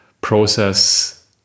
process